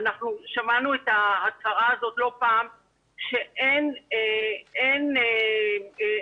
שמענו את ההצהרה הזאת לא פעם לפיה אין בעיה